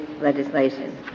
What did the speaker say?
legislation